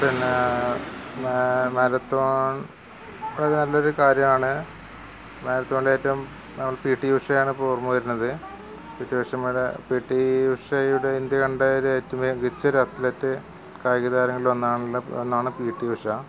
പിന്നേ മാരത്തോൺ വളരെ നല്ലൊരു കാര്യമാണ് മാരത്തണിലേറ്റവും പി ടി ഉഷയെയാണ് ഇപ്പോൾ ഓർമ്മ വരുന്നത് പി ടി ഉഷമാരുടെ പി ടി ഉഷയുടെ ഇന്ത്യ കണ്ട മികച്ചൊരു അത്ലെറ്റ് കായിക തരങ്ങളിലൊന്നാണല്ലോ ഒന്നാണ് പി ടി ഉഷ